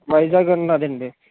వైజాగ్ ఉన్నాదండి